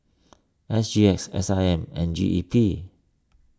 S G X S I M and G E P